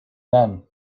then